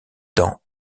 dans